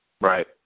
Right